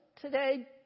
today